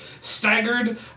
staggered